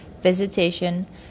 visitation